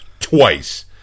Twice